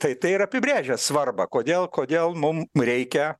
tai tai ir apibrėžia svarbą kodėl kodėl mum reikia